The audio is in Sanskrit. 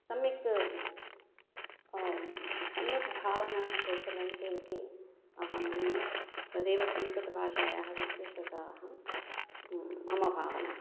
सम्यक् सम्यक् भावनाः प्रचलन्ति इति अहं मन्ये तदेव संस्कृतभाषायाः विशिष्टता अहं मम भावना